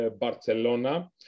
Barcelona